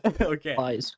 Okay